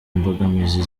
imbogamizi